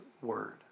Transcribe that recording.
word